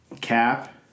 Cap